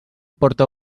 porta